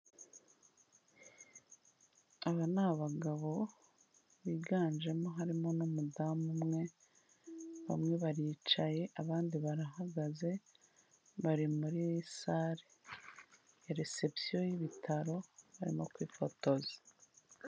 Aba ni abagabo biganjemo harimo n'umudamu umwe, bamwe baricaye abandi barahagaze bari muri salle resumption y'ibitaro barimo kwifotoza.